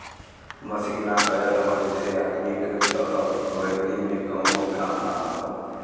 machine आ गयल हौ जेसे आदमी के त अब खेती में कउनो काम ना हौ